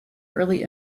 early